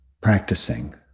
practicing